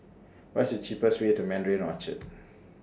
What's The cheapest Way to Mandarin Orchard